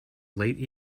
late